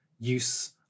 use